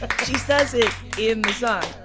she says it in the song.